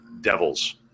devils